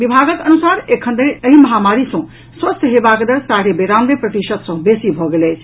विभागक अनुसार एखन एहि महामारी सँ स्वस्थ हेबाक दर साढे बेरानवे प्रतिशत सँ बेसी भऽ गेल अछि